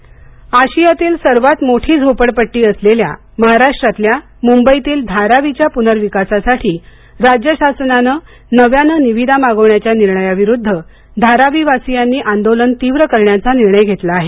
धारावी पुनर्विकास आशियातील सर्वात मोठी झोपडपट्टी असलेल्या महाराष्ट्रातल्या मुंबईतील धारावीच्या पुनर्विकासासाठी राज्य शासनाने नव्याने निविदा मागवण्याच्या निर्णयाविरुद्ध धारावीवासियांनी आंदोलन तीव्र करण्याचा निर्णय घेतला आहे